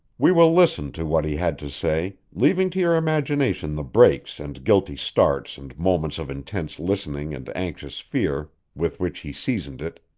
we will listen to what he had to say, leaving to your imagination the breaks and guilty starts and moments of intense listening and anxious fear with which he seasoned it.